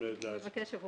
שלום